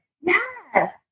Yes